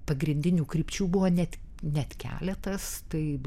pagrindinių krypčių buvo net net keletas taip